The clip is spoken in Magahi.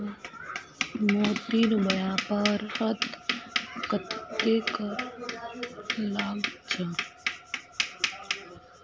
मोतीर व्यापारत कत्ते कर लाग छ